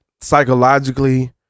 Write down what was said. psychologically